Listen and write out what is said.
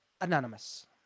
anonymous